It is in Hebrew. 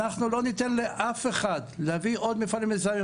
אנחנו לא ניתן לאף אחד להביא עוד מפעלים מזהמים.